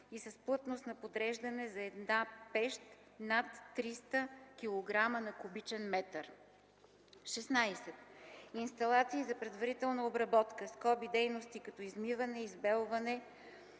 и с плътност на подреждане за една пещ над 300 кг/м3. 16. Инсталации за предварителна обработка (дейности като измиване, избелване,